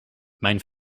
mijn